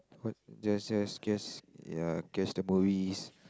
what just just guess ya guess the movies